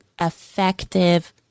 effective